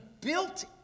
built